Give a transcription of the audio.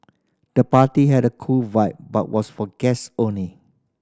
the party had a cool vibe but was for guests only